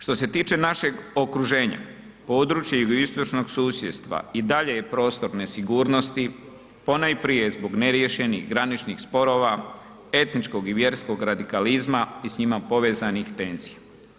Što se tiče našeg okruženja područje jugoistočnog susjedstva i dalje je prostorne sigurnosti ponajprije zbog neriješenih graničnih sporova, etničkog i vjerskog radikalizma i s njima povezanih tenzija.